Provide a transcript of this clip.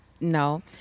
no